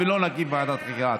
ולא נקים ועדת חקירה.